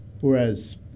Whereas